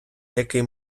який